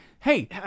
Hey